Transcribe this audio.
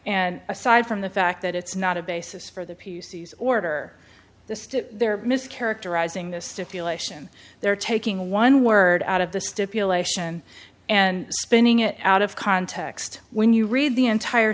and aside from the fact that it's not a basis for the p c s order this to their mis characterizing the stipulation they're taking one word out of the stipulation and spinning it out of context when you read the entire